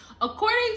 according